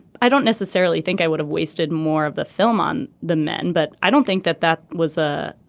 i don't necessarily think i would have wasted more of the film on the men but i don't think that that was a